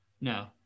No